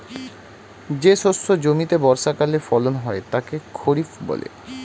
যে শস্য জমিতে বর্ষাকালে ফলন হয় তাকে খরিফ বলে